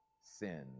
Sin